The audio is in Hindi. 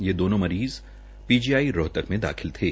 ये दोनो मरीज़ पीजीआई रोहतक में दाखिल थे